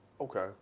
Okay